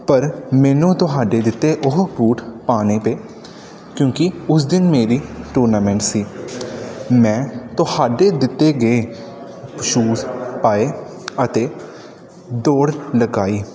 ਪਰ ਮੈਨੂੰ ਤੁਹਾਡੇ ਦਿੱਤੇ ਉਹ ਬੂਟ ਪਾਣੇ ਪਏ ਕਿਉਂਕਿ ਉਸ ਦਿਨ ਮੇਰੀ ਟੂਰਨਾਮੈਂਟ ਸੀ ਮੈਂ ਤੁਹਾਡੇ ਦਿੱਤੇ ਗਏ ਸ਼ੂਜ਼ ਪਾਏ ਅਤੇ ਦੌੜ ਲਗਾਈ